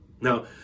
Now